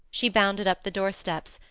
she bounded up the doorsteps,